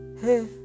Hey